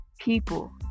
People